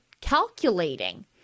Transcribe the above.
calculating